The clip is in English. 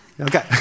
Okay